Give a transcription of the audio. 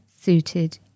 suited